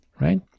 right